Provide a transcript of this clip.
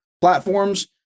platforms